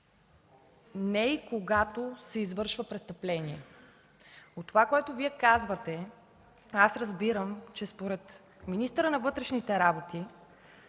не и когато се извършва престъпление. От това, което Вие казвате, разбирам, че според министъра на вътрешните работи